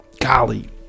golly